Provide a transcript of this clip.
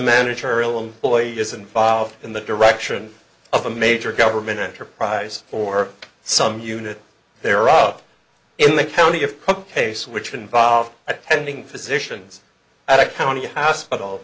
managerial employee is involved in the direction of a major government enterprise or some unit thereof in the county if the case which involved attending physicians at a county hospital